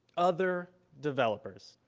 other developers.